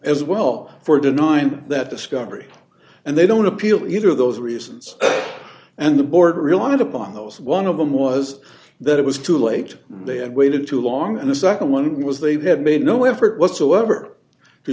as well for denying that discovery and they don't appeal either of those reasons and the board relied upon that was one of them was that it was too late they had waited too long and the nd one was they had made no effort whatsoever to